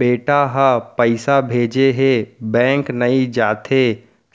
बेटा ह पइसा भेजे हे बैंक नई जाथे